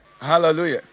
Hallelujah